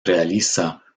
realiza